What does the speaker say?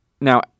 now –